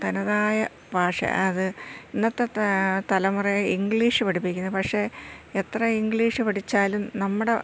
തനതായ ഭാഷ അത് ഇന്നത്തെ തലമുറ ഇംഗ്ലീഷ് പഠിപ്പിക്കുന്ന പക്ഷേ എത്ര ഇംഗ്ലീഷ് പഠിച്ചാലും നമ്മുടെ